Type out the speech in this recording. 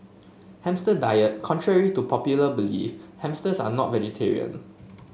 hamster diet Contrary to popular belief hamsters are not vegetarian